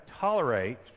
tolerate